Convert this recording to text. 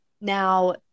Now